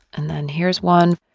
and then here's one.